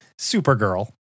Supergirl